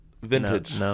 vintage